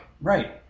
Right